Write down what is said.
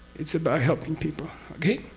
it's about helping people. okay?